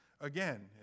again